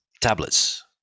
tablets